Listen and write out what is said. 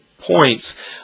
points